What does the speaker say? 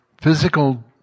physical